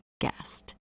guest